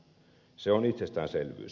se on itsestäänselvyys